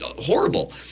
horrible